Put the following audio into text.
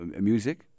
music